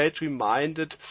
reminded